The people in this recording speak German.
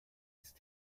ist